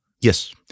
Yes